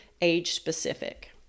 age-specific